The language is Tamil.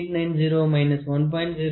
890 1